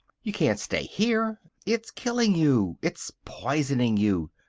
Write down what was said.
you can't stay here. it's killing you. it's poisoning you.